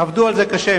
עבדו על זה קשה.